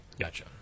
Gotcha